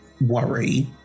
worry